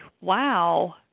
wow